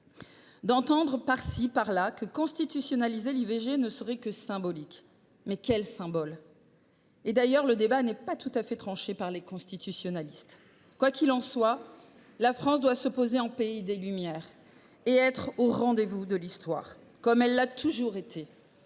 J’entends par ci par là que constitutionnaliser l’IVG ne serait que symbolique. Mais quel symbole ! D’ailleurs, le débat n’est pas tout à fait tranché par les constitutionnalistes. Quoi qu’il en soit, la France doit se poser en pays des Lumières et être au rendez vous de l’histoire, comme elle l’a toujours été.